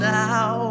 now